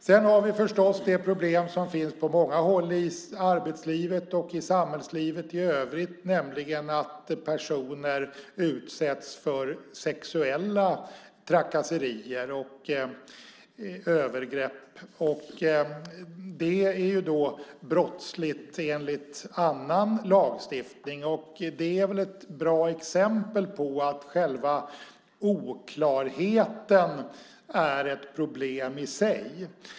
Sedan har vi det problem som finns på många håll i arbetslivet och samhällslivet i övrigt, nämligen att personer utsätts för sexuella trakasserier och övergrepp. Det är brottsligt enligt annan lagstiftning. Det är ett bra exempel på att själva oklarheten är ett problem i sig.